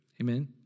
Amen